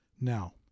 Now